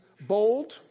bold